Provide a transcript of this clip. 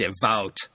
devout